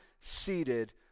seated